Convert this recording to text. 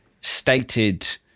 stated